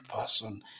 person